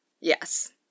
Yes